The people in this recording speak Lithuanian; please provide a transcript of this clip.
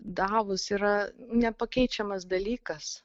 davus yra nepakeičiamas dalykas